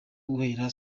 guhera